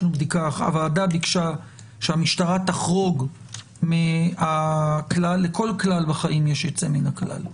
הוועדה ביקשה שהמשטרה תחרוג מהכלל לכל כלל בחיים יש יוצא מן הכלל.